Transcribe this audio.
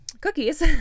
cookies